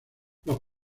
los